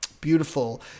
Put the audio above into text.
beautiful